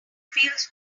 feels